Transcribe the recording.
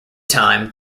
time